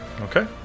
Okay